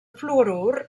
fluorur